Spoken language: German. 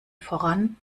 voran